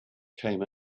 came